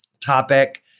topic